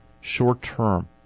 short-term